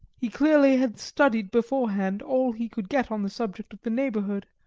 he clearly had studied beforehand all he could get on the subject of the neighbourhood,